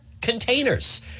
containers